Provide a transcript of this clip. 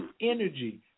energy